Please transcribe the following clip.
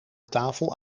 tafel